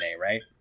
right